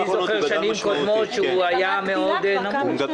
אני זוכר שנים קודמות שהוא היה מאוד נמוך.